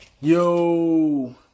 Yo